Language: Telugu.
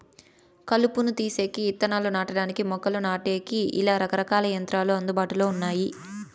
కలుపును తీసేకి, ఇత్తనాలు నాటడానికి, మొక్కలు నాటేకి, ఇలా రకరకాల యంత్రాలు అందుబాటులో ఉన్నాయి